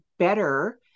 better